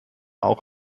auch